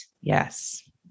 Yes